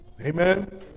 Amen